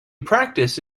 practice